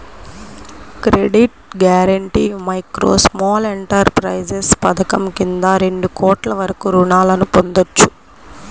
credit guarantee micro, small enterprises పథకం కింద రెండు కోట్ల వరకు రుణాలను పొందొచ్చు